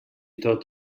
tot